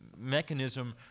mechanism